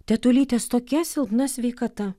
tetulytės tokia silpna sveikata